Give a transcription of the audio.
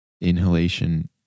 inhalation